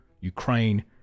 Ukraine